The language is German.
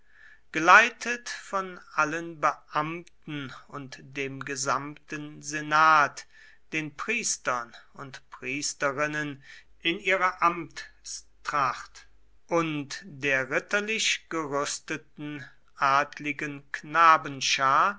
geleitet von allen beamten und dem gesamten senat den priestern und priesterinnen in ihrer amtstracht und der ritterlich gerüsteten adligen knabenschar